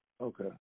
Okay